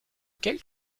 quelle